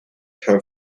her